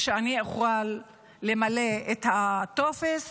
ושאני אוכל למלא את הטופס